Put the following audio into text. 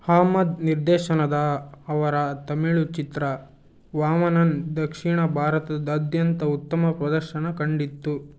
ಅಹ್ಮದ್ ನಿರ್ದೇಶನದ ಅವರ ತಮಿಳು ಚಿತ್ರ ವಾಮನನ್ ದಕ್ಷಿಣ ಭಾರತದಾದ್ಯಂತ ಉತ್ತಮ ಪ್ರದರ್ಶನ ಕಂಡಿತ್ತು